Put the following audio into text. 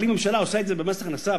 אבל אם ממשלה עושה את זה במס הכנסה,